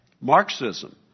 Marxism